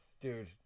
Dude